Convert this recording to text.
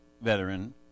veteran